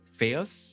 fails